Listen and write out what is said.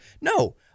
No